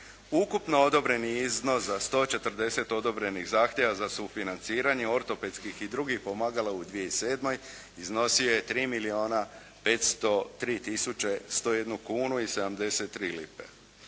Ukupno odobreni iznos za 140 odobrenih zahtjeva za sufinanciranje ortopedskih i drugih pomagala u 2007. iznosio je 3 milijuna 503 tisuće 101 kunu i 73 lipe.